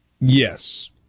Yes